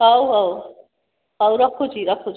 ହଉ ହଉ ହଉ ରଖୁଛି ରଖୁଛି